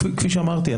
כפי שאמרתי,